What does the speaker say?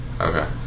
Okay